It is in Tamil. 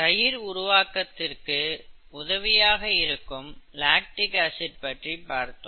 தயிர் உருவாக்கத்திற்கு உதவியாக இருக்கும் லாக்டிக் ஆசிட் பற்றி பார்த்தோம்